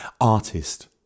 artist